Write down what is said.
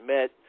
met